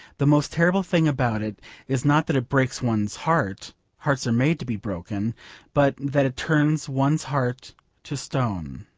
the most terrible thing about it is not that it breaks one's heart hearts are made to be broken but that it turns one's heart to stone.